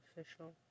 official